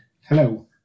Hello